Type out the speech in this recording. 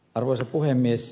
arvoisa puhemies